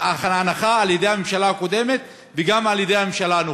להנחה על-ידי הממשלה הקודמת וגם על-ידי הממשלה הנוכחית?